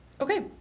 Okay